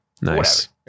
Nice